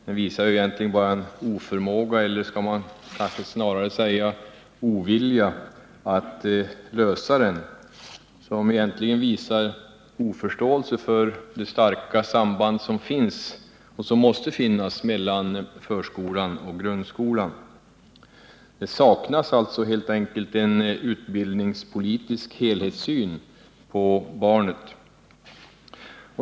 Det visar på en oförmåga — eller kanske skall jag snarare säga ovilja — att lösa den, som tyder på bristande förståelse för det starka samband som finns och måste finnas mellan förskolan och grundskolan. Det saknas helt enkelt en utbildningspolitisk helhetssyn på barnet.